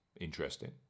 Interesting